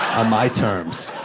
on my terms.